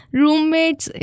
roommates